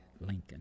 Lincoln